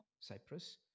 cyprus